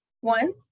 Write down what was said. One